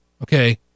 okay